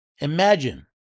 Imagine